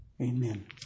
Amen